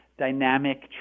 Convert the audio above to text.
dynamic